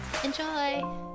Enjoy